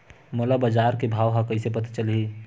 मोला बजार के भाव ह कइसे पता चलही?